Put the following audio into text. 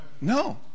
No